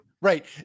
right